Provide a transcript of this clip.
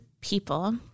people